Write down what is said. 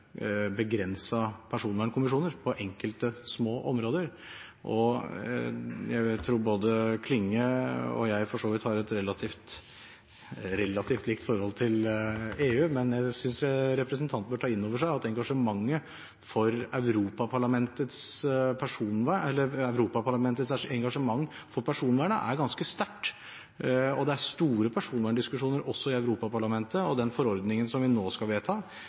personvernkommisjoner på enkelte, små områder. Jeg tror Klinge og jeg for så vidt har et relativt likt forhold til EU, men jeg synes representanten bør ta inn over seg at Europaparlamentets engasjement for personvernet er ganske sterkt. Det er store personverndiskusjoner også i Europaparlamentet, og den forordningen som nå er vedtatt, og som skal